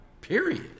Period